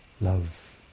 love